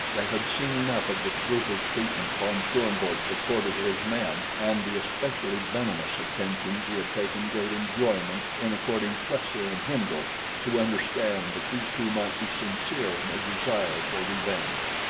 they had seen enough of the brutal treatment von schoenvorts accorded his men and the especially venomous attentions he had taken great enjoyment in according plesser and hindle to understand that these two might be sincere in a desire for revenge.